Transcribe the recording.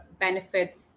benefits